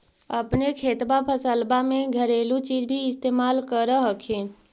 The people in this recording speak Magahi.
अपने खेतबा फसल्बा मे घरेलू चीज भी इस्तेमल कर हखिन?